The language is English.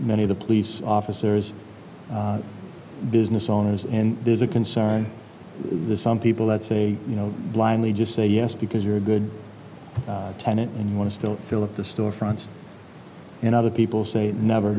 many of the police officers business owners and there's a concern there's some people that say you know blindly just say yes because you're a good tenant and want to still fill up the storefronts and other people say never